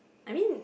I mean